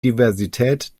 diversität